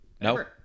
No